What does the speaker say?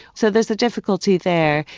so there's a difficulty there.